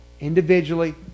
Individually